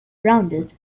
rounded